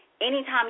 anytime